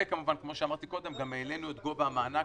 וכמובן, כמו שאמרתי קודם, גם העלינו את גובה המענק